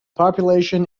population